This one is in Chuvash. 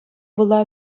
пула